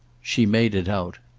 she made it out.